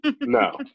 No